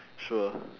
sure